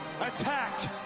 attacked